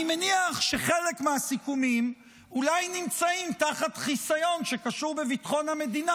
אני מניח שחלק מהסיכומים אולי נמצאים תחת חיסיון שקשור בביטחון המדינה.